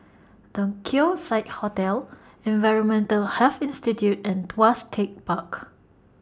The Keong Saik Hotel Environmental Health Institute and Tuas Tech Park